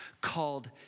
called